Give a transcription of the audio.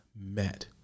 met